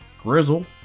Grizzle